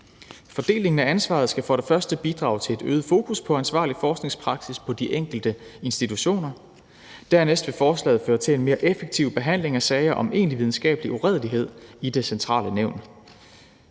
Fordelingen af ansvaret skal for det første bidrage til et øget fokus på ansvarlig forskningspraksis på de enkelte institutioner. Dernæst vil forslaget føre til en mere effektiv behandling af sager om egentlig videnskabelig uredelighed i det centrale nævn.«